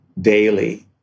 daily